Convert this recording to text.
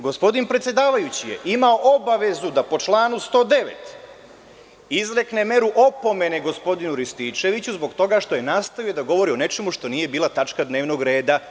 Gospodin predsedavajući je imao obavezu da po članu 109. izrekne meru opomene gospodinu Rističeviću zbog toga što je nastavio da govori o nečemu što nije bila tačka dnevnog reda.